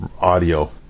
audio